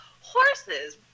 horses